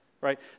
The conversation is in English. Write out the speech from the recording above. Right